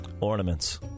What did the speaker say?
Ornaments